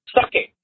Sucking